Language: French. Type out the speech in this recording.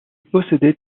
possédait